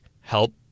help